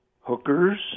hookers